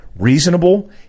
reasonable